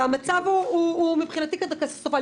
והמצב מבחינתי הוא קטסטרופה.